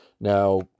Now